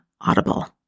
Audible